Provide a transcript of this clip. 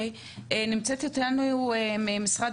נמצאת אתנו רחל ממשרד